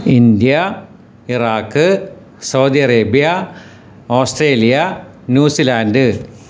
India Iraq Saudi Arabia Australia New Zealand